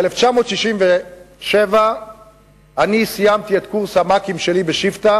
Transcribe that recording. אני סיימתי ב-1967 את קורס המ"כים שלי בשבטה